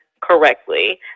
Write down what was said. correctly